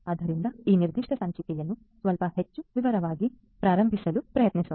ಆದ್ದರಿಂದ ಈ ನಿರ್ದಿಷ್ಟ ಸಂಚಿಕೆಯನ್ನು ಸ್ವಲ್ಪ ಹೆಚ್ಚು ವಿವರವಾಗಿ ಪ್ರಾರಂಭಿಸಲು ಪ್ರಯತ್ನಿಸೋಣ